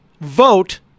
vote